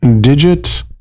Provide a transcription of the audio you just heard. digit